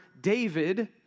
David